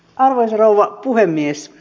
arvoisa rouva puhemies